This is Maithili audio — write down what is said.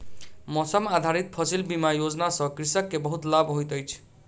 मौसम आधारित फसिल बीमा योजना सॅ कृषक के बहुत लाभ होइत अछि